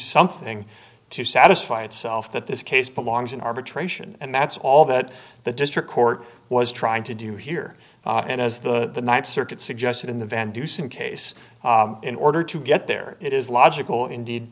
something to satisfy itself that this case belongs in arbitration and that's all that the district court was trying to do here and as the th circuit suggested in the van dusen case in order to get there it is logical indeed